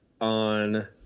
on